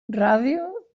ràdio